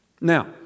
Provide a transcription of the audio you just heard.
Now